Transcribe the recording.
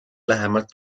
lähemalt